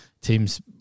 teams